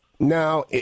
Now